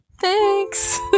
Thanks